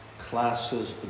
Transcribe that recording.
classes